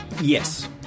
Yes